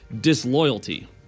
disloyalty